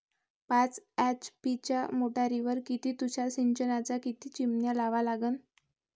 पाच एच.पी च्या मोटारीवर किती तुषार सिंचनाच्या किती चिमन्या लावा लागन?